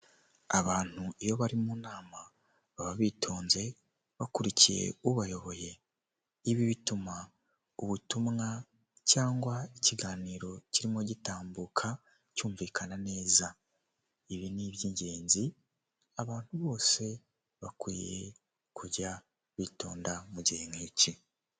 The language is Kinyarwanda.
Amafaranga y'amanyamahanga yo mu gihugu cy'ubuhinde yo muri banki rizavu y'ubuhinde, ikaba ari amafaranga magana cyenda afite ishusho ya mahati magandi.